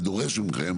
ודורש מכם,